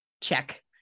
check